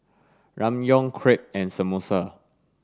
Ramyeon Crepe and Samosa